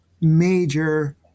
major